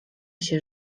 się